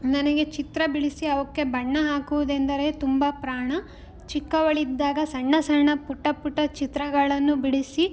ನನಗೆ ಚಿತ್ರ ಬಿಡಿಸಿ ಅವುಕ್ಕೆ ಬಣ್ಣ ಹಾಕುವುದೆಂದರೆ ತುಂಬ ಪ್ರಾಣ ಚಿಕ್ಕವಳಿದ್ದಾಗ ಸಣ್ಣ ಸಣ್ಣ ಪುಟ್ಟ ಪುಟ್ಟ ಚಿತ್ರಗಳನ್ನು ಬಿಡಿಸಿ